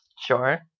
Sure